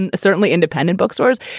and certainly independent bookstores,